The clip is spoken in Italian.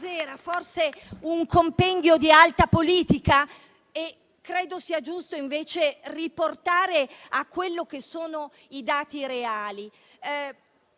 Forse un compendio di alta politica? Credo sia giusto ritornare a quelli che sono i dati reali